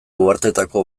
uharteetako